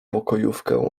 pokojówkę